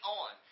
on